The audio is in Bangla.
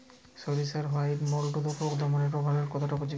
সরিষার হোয়াইট মোল্ড রোগ দমনে রোভরাল কতটা উপযোগী?